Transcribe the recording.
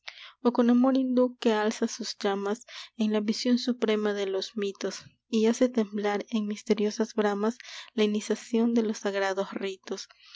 o con amor hindú que alza sus llamas en la visión suprema de los mitos y hace temblar en misteriosas bramas la iniciación de los sagrados ritos